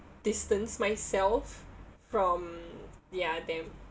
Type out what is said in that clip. distance myself from ya them